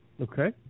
Okay